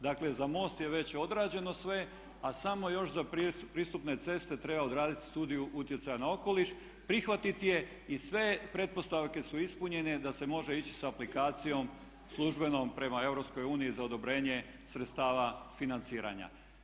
Dakle, za most je već odrađeno sve, a samo još za pristupne ceste treba odraditi Studiju utjecaja na okoliš, prihvatiti je i sve pretpostavke su ispunjene da se može ići sa aplikacijom službenom prema EU za odobrenje sredstava financiranja.